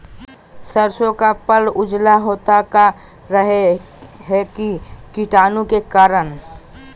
सरसो का पल उजला होता का रहा है की कीटाणु के करण?